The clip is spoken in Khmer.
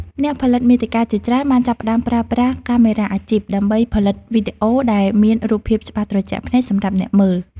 អ្នកផលិតមាតិកាជាច្រើនបានចាប់ផ្តើមប្រើប្រាស់កាមេរ៉ាអាជីព ដើម្បីផលិតវីដេអូដែលមានរូបភាពច្បាស់ត្រជាក់ភ្នែកសម្រាប់អ្នកមើល។